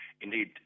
Indeed